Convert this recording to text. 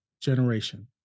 generation